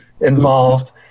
involved